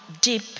deep